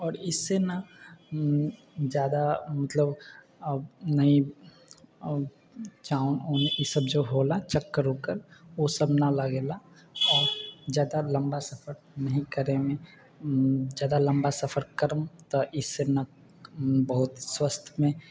आओर ईससे न जादा मतलब नही चाउ उन ईसब जे होला चक्कर ऊक्कर ओसब न लागेला आओर जादा लम्बा सफर नही करए मे जादा लम्बा सफर करम तऽ ईससे न बहुत स्वस्थ मे